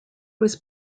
was